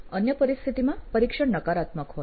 અન્ય પરિસ્થિતિમાં પરીક્ષણ નકારાત્મક હોય